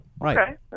right